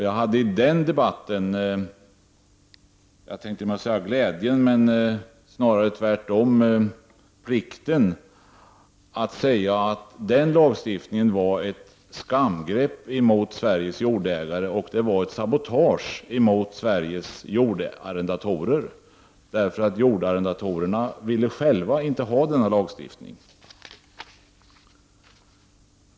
Jag hade i den debatten plikten att säga att den lagstiftningen var ett skamgrepp mot Sveriges jordägare och ett sabotage mot Sveriges jordarrendatorer, därför att de ville själva inte ha denna lagstiftning.